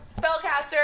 spellcaster